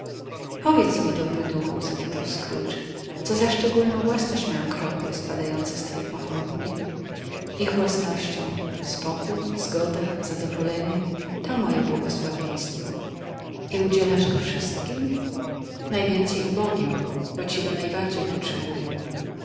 powiedz mi dobry duchu zapytał scrooge co za szczególną własność mają krople spadające z twojej pochodni ich własnością spokój zgoda zadowolenie to moje błogosławieństwo i udzielasz go wszystkim najwięcej ubogim bo ci go najbardziej potrzebują